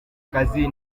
kazi